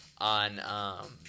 On